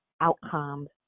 outcomes